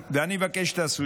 ואני מבקש שתעשו את זה,